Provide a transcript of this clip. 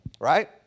right